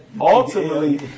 ultimately